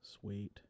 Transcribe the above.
Sweet